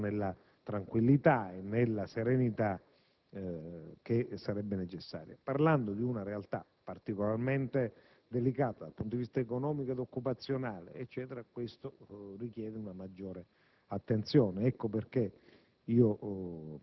lavorare nella tranquillità e nella serenità che sarebbero necessarie. Trattandosi di una realtà particolarmente delicata dal punto di vista economico ed occupazionale, questo richiede una maggiore attenzione. Ecco perché